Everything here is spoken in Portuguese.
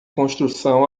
construção